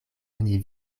oni